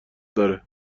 داره